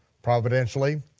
providentially,